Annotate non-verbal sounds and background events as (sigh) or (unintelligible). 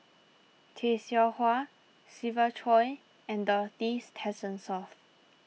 Tay Seow Huah Siva Choy and Dorothy (unintelligible)